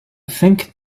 think